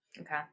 okay